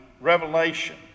revelation